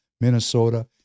Minnesota